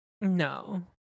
no